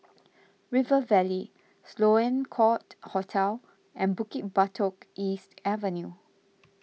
River Valley Sloane Court Hotel and Bukit Batok East Avenue